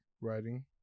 writing